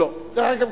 דרך אגב,